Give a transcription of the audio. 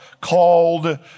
called